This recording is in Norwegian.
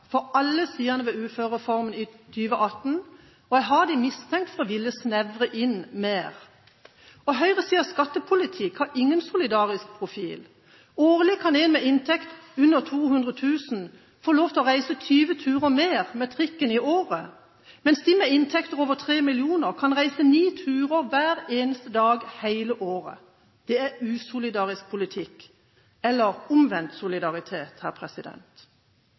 av alle sidene ved uførereformen i 2018. Jeg har dem mistenkt for å ville snevre inn mer. Høyresidens skattepolitikk har ingen solidarisk profil. Årlig kan en med inntekt under 200 000 få lov til å reise 20 turer mer med trikken i året, mens de med inntekter over 3 mill. kr kan reise ni turer hver eneste dag hele året! Det er usolidarisk politikk, eller omvendt solidaritet.